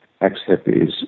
ex-hippies